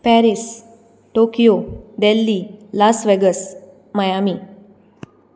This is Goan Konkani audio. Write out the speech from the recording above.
Paris Tokyo Delhi Las Vegas Miami